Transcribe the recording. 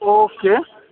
okay